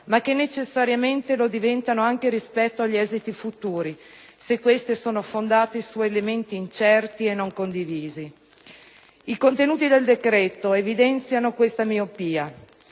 ma che necessariamente lo diventano anche rispetto agli esiti futuri, se queste sono fondate su elementi incerti e non condivisi. I contenuti del decreto evidenziano questa miopia.